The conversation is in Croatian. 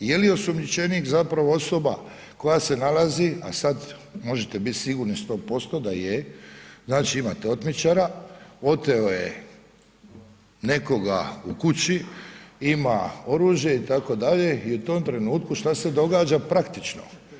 Je li osumnjičenik zapravo osoba koja se nalazi a sad možete bit sigurni 100% da je, znači imate otmičara, oteo je nekoga u kući, ima oružje itd., i u tom trenutku šta se događa praktično?